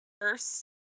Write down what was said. first